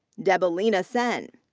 deboleena sen.